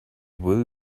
will